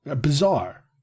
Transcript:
Bizarre